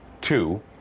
Two